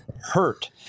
hurt